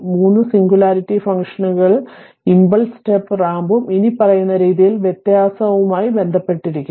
3 singularity ഫംഗ്ഷനുകൾ impulse സ്റ്റെപ്പും റാമ്പും ഇനിപ്പറയുന്ന രീതിയിൽ വ്യത്യാസവുമായി ബന്ധപ്പെട്ടിരിക്കുന്നു